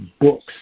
books